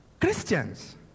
Christians